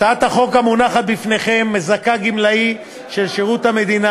הצעת החוק המונחת בפניכם מזכה גמלאי של שירות המדינה,